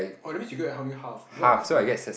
oh that means go you and how many half divide by two